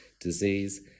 disease